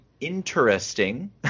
interesting